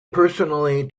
personally